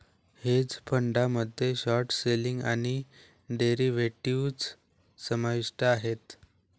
hedge फंडामध्ये short selling आणि derivatives समाविष्ट आहेत